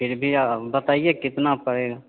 फिर भी बताइए कितना पड़ेगा